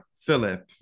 Philip